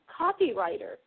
copywriter